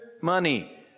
money